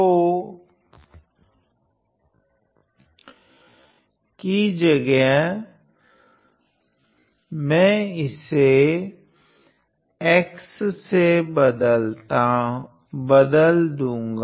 तो की जगह मैं इसे x से बदल दूँगा